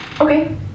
Okay